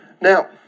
Now